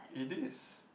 it is